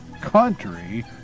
country